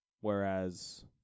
Whereas